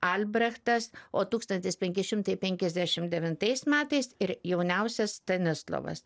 albrechtas o tūkstantis penki šimtai penkiasdešim devintais metais ir jauniausias stanislovas